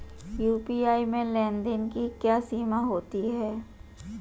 UPI में लेन देन की क्या सीमा होती है?